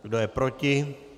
Kdo je proti?